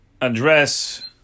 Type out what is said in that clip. address